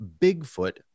Bigfoot